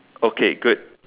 okay good